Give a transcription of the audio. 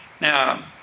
Now